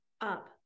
up